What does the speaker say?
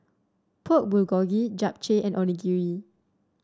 Pork Bulgogi Japchae and Onigiri